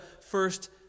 first